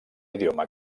idioma